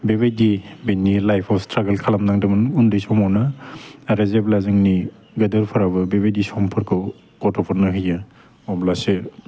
बेबायदि बिनि लाइफआव स्ट्रागोल खालामनांदोंमोन उन्दै समावनो आरो जेब्ला जोंनि गेदेरफोरावबो बेबायदि समफोरखौ गथ'फोरनो हायो अब्लासो